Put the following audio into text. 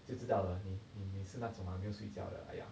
就知道了你你你是那种啊没有睡觉的 !aiya!